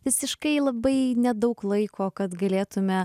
visiškai labai nedaug laiko kad galėtume